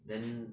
then